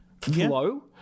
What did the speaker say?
flow